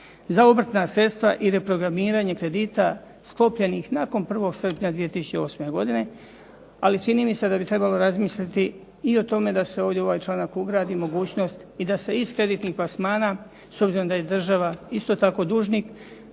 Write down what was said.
za obrtna sredstva i reprogramiranje kredita sklopljenih nakon 1. srpnja 2008. godine. Ali čini mi se da bi trebalo razmisliti i o tome da se ovdje u članka ugradi mogućnost i da se iz kreditnih plasmana, s obzirom da je država isto tako dužnik,